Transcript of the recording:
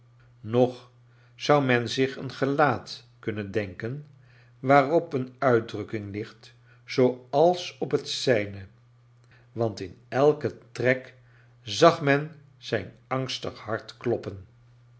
noch zou men zich een gelaat kunnen denken waarop eon uitdrukking lisrt zooals op het zijne want in elken trek zag men zijn angstig hart kloppoli